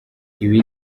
ibi